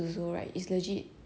then after that like 就没了